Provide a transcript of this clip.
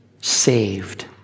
saved